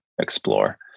explore